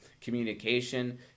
communication